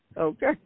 Okay